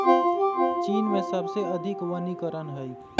चीन में सबसे अधिक वनीकरण हई